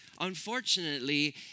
unfortunately